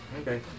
Okay